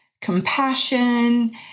compassion